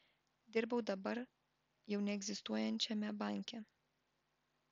dirbau dabar jau neegzistuojančiame banke